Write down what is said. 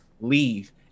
leave